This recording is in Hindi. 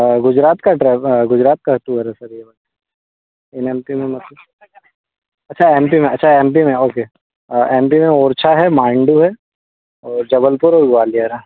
गुजरात का ट्रेव गुजरात का टूर है सर ये वाला इन एम पी में मतलब अच्छा एम पी में अच्छा एम पी में ओके एम पी में ओरछा है मांडू है और जबलपुर और ग्वालियर है